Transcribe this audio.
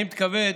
אני מתכבד